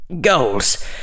Goals